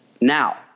Now